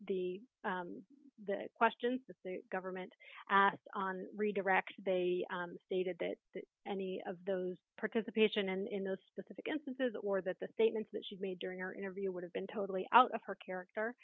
the questions that the government asked redirect they stated that any of those participation and in those specific instances or that the statements that she made during her interview would have been totally out of her character